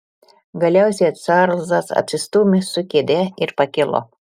galiausiai čarlzas atsistūmė su kėde ir pakilo